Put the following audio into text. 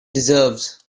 deserves